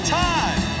time